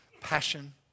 passion